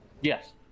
Yes